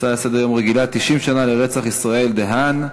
הצעה רגילה לסדר-היום מס' 3432: 90 שנה לרצח ישראל דה-האן,